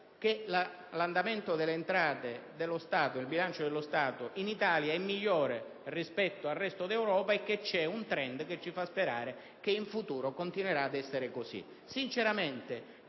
opportunamente ha chiarito che il bilancio dello Stato in Italia è migliore rispetto al resto d'Europa e che c'è un *trend* che ci fa sperare che in futuro continuerà ad essere così. Sinceramente,